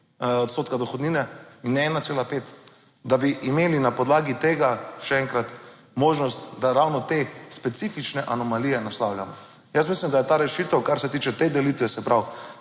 odstotka dohodnine in 1,5, da bi imeli na podlagi tega še enkrat možnost, da ravno te specifične anomalije naslavljamo. Jaz mislim, da je ta rešitev, kar se tiče te delitve, se pravi,